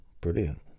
brilliant